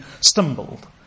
stumbled